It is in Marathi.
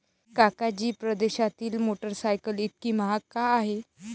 काका जी, परदेशातील मोटरसायकल इतकी महाग का आहे?